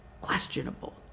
questionable